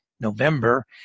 November